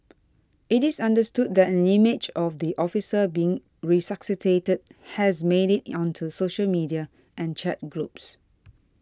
it is understood that an image of the officer being resuscitated has made it onto social media and chat groups